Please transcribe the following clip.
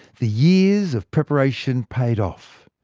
the years of preparation paid off,